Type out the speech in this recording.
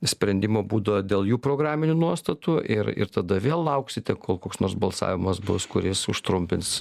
sprendimo būdo dėl jų programinių nuostatų ir ir tada vėl lauksite kol koks nors balsavimas bus kuris užtrumpins